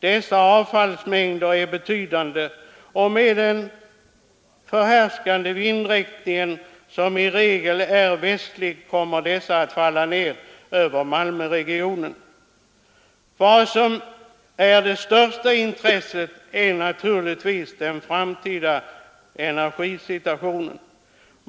Dessa avfallsmängder är betydande, och med den förhärskande vindriktningen, som är västlig, kommer dessa att falla ned över Malmöregionen. Vad som är av det största intresset är naturligtvis den framtida energisituationen.